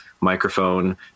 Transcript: microphone